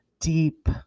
deep